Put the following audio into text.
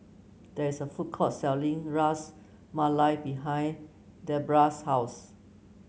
there is a food court selling Ras Malai behind Debrah's house